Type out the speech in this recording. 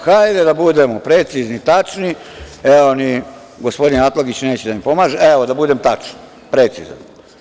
Hajde da budemo precizni, tačni, evo ni gospodin Atlagić neće da mi pomaže, evo da budem tačan, precizan.